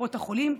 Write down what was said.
לקופות החולים.